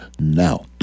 now